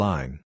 Line